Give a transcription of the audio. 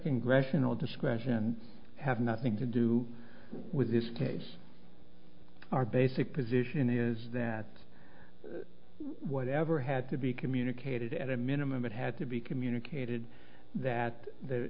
congressional discretion have nothing to do with this case our basic position is that whatever had to be communicated at a minimum it had to be communicated that